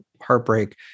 heartbreak